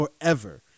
Forever